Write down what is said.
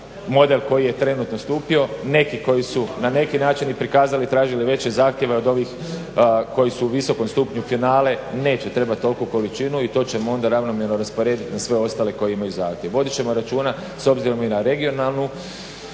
model koji je trenutno stupio. Neki koji su na neki način i prikazali i tražili veće zahtjeve koji su od ovih koji su u visokom stupnju finale neće trebati toliku količinu i to ćemo onda ravnomjerno rasporediti na sve ostale koji imaju zahtjev. Vodit ćemo računa s obzirom i na regionalnu